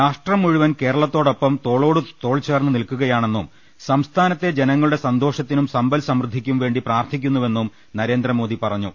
രാഷ്ട്രം മുഴുവൻ കേരളത്തോ ടൊപ്പം തോളോട് തോൾ ചേർന്ന് നിൽക്കുകയാണെന്നും സംസ്ഥാ നത്തെ ജനങ്ങളുടെ സന്തോഷത്തിനും സമ്പൽസമൃദ്ധിക്കും വേണ്ടി പ്രാർഥിക്കുന്നുവെന്നും നരേന്ദ്രമോദി പറഞ്ഞു